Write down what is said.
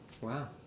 Wow